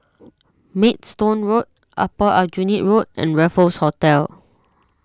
Maidstone Road Upper Aljunied Road and Raffles Hotel